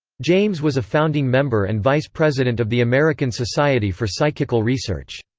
james was a founding member and vice president of the american society for psychical research.